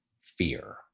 fear